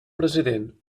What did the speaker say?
president